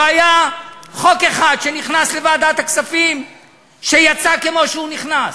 לא היה חוק אחד שנכנס לוועדת הכספים ויצא כמו שהוא נכנס.